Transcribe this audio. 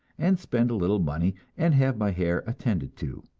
and spend a little money and have my hair attended to.